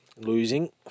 Losing